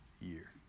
year